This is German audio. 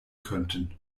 könnten